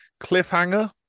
Cliffhanger